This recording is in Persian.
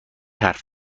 حرف